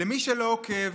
למי שלא עוקב,